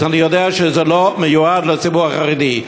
אז אני יודע שזה לא מיועד לציבור החרדי.